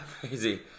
Crazy